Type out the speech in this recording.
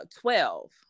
twelve